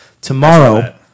Tomorrow